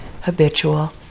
habitual